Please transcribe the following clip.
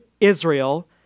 Israel